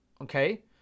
Okay